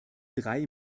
drei